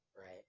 Right